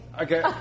okay